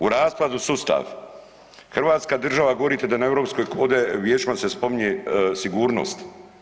U raspadu sustava, hrvatska država, govorite da na europskoj, ovde, vijećima se spominje sigurnost.